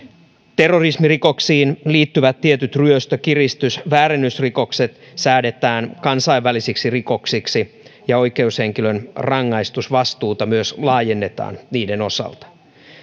terrorismirikoksiin liittyvät tietyt ryöstö kiristys ja väärennysrikokset säädetään kansainvälisiksi rikoksiksi ja oikeushenkilön rangaistusvastuuta myös laajennetaan niiden osalta